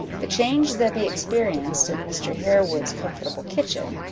the change zebby experienced in mr. harewood's comfortable kitchen,